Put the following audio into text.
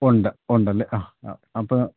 ഉണ്ട് ഉണ്ടല്ലേ ആ ആ അപ്പോള്